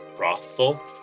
brothel